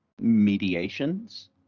mediations